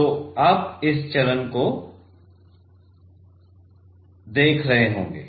तो आप इस चरण को देख रहे होंगे